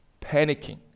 panicking